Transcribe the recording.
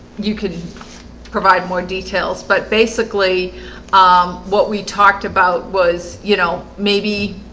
you could provide more details, but basically um what we talked about was, you know, maybe